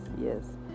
yes